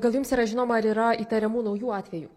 gal jums yra žinoma ar yra įtariamų naujų atvejų